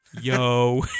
Yo